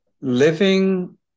Living